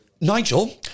Nigel